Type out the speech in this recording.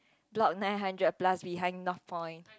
block nine hundred plus behind NorthPoint